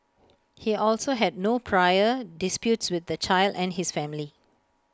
he also had no prior disputes with the child and his family